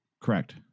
Correct